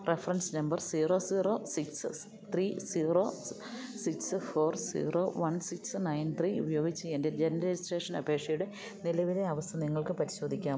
reference number zero zero six three zero six four zero one six nine three ഉപയോഗിച്ച് എൻ്റെ ജനന രജിസ്ട്രേഷന് അപേക്ഷയുടെ നിലവിലെ അവസ്ഥ നിങ്ങൾക്ക് പരിശോധിക്കാമോ